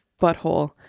butthole